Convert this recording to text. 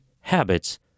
habits